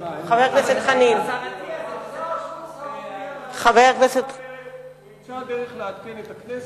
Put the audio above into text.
השר ימצא דרך לעדכן את הכנסת,